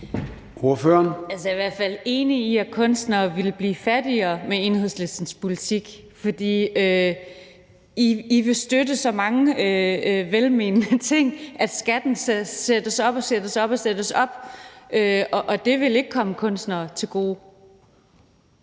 Jeg er i hvert fald enig i, at kunstnere ville blive fattigere med Enhedslistens politik. For I vil støtte så mange velmenende ting, at skatten sættes op og op, og det vil ikke komme kunstnere til gode.